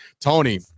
Tony